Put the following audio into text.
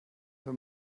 wenn